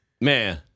Man